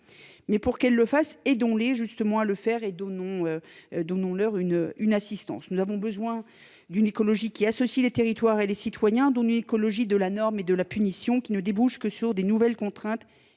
en place du plan climat. Aidons les à le faire et donnons leur une assistance ! Nous avons besoin d’une écologie associant les territoires et les citoyens, non d’une écologie de la norme et de la punition qui ne débouche que sur de nouvelles contraintes